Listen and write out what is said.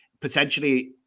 potentially